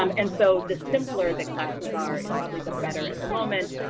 um and so the simpler that classes are is probably the better at the moment,